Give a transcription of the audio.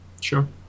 Sure